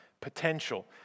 potential